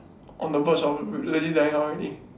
on the verge of legit dying out already